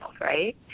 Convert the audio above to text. right